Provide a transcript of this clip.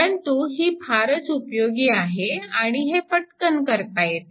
परंतु ही फारच उपयोगी आहे आणि हे पटकन करता येते